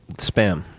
spam.